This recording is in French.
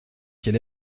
quel